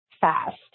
fast